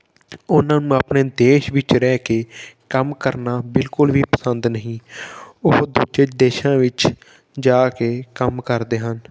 ਉਹਨਾਂ ਨੂੰ ਆਪਣੇ ਦੇਸ਼ ਵਿੱਚ ਰਹਿ ਕੇ ਕੰਮ ਕਰਨਾ ਬਿਲਕੁਲ ਵੀ ਪਸੰਦ ਨਹੀਂ ਉਹ ਦੂਜੇ ਦੇਸ਼ਾਂ ਵਿੱਚ ਜਾ ਕੇ ਕੰਮ ਕਰਦੇ ਹਨ